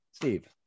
Steve